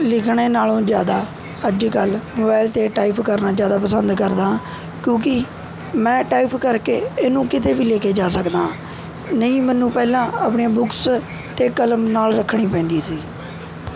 ਲਿਖਣੇ ਨਾਲੋਂ ਜ਼ਿਆਦਾ ਅੱਜ ਕੱਲ੍ਹ ਮੋਬਾਇਲ 'ਤੇ ਟਾਈਪ ਕਰਨਾ ਜ਼ਿਆਦਾ ਪਸੰਦ ਕਰਦਾ ਹਾਂ ਕਿਉਂਕਿ ਮੈਂ ਟਾਈਪ ਕਰਕੇ ਇਹਨੂੰ ਕਿਤੇ ਵੀ ਲੈ ਕੇ ਜਾ ਸਕਦਾ ਹਾਂ ਨਹੀਂ ਮੈਨੂੰ ਪਹਿਲਾਂ ਆਪਣੀਆਂ ਬੁੱਕਸ ਅਤੇ ਕਲਮ ਨਾਲ਼ ਰੱਖਣੀ ਪੈਂਦੀ ਸੀ